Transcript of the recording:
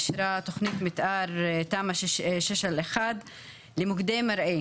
אישרה תוכנית מתאר תמ"א 6/1 למוקדי מרעה.